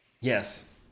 Yes